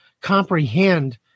comprehend